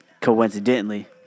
Coincidentally